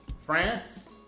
France